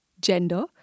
gender